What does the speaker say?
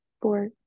four